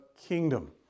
kingdom